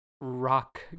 Rock